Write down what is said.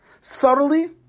Subtly